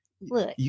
Look